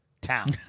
town